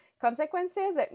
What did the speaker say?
consequences